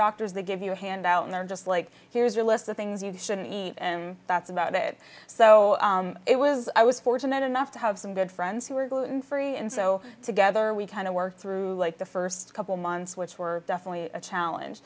doctors they give you a hand out and they're just like here's your list of things you should eat and that's about it so it was i was fortunate enough to have some good friends who are gluten free and so together we kind of worked through like the first couple months which were definitely a challenge